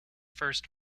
first